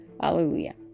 hallelujah